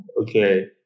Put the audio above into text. Okay